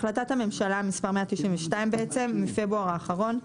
החלטת הממשלה מספר 192 בעצם בפברואר האחרון,